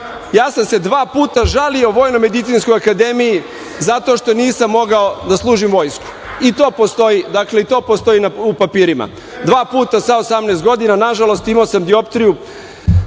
Ja sam se dva puta žalio VMA zato što nisam mogao da služim vojsku i to postoji u papirima. Dva puta sa 18 godina. Nažalost, imao sam dioptriju